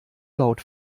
laut